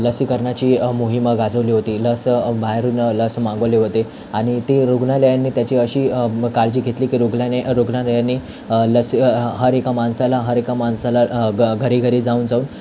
लसीकरणाची मोहीम गाजवली होती लस बाहेरून लस मागवली होती आणि ती रुग्णालयांनी त्याची अशी काळजी घेतली की रुग्नाले रुग्णालयानी लसी हर एका माणसाला हर एका माणसाला घरी घरी जाऊन जाऊन